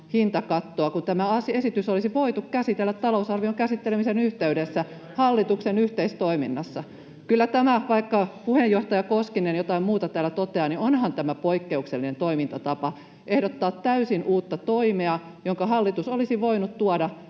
hintakattoa, kun tämä esitys olisi voitu käsitellä talousarvion käsittelemisen yhteydessä hallituksen yhteistoiminnassa. Vaikka puheenjohtaja Koskinen jotain muuta täällä toteaa, niin onhan tämä poikkeuksellinen toimintatapa ehdottaa täysin uutta toimea, jonka hallitus olisi voinut tuoda,